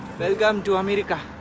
welcome to america.